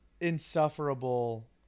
insufferable